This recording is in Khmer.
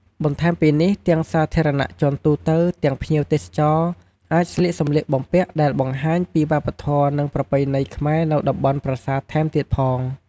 បន្ថែមពីនេះទាំងសាធារណៈជនទូទៅ ទាំងភ្ញៀវទេសចរណ៍អាចស្លៀកសម្លៀកបំពាក់ដែលបង្ហាញពីវប្បធម៌និងប្រពៃណីខ្មែរនៅតំបន់ប្រាសាទថែមទៀតផង។